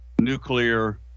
nuclear